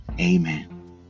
Amen